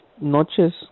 noches